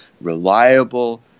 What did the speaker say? reliable